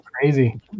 crazy